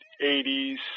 80s